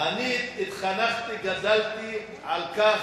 אני התחנכתי, גדלתי על כך